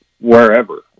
wherever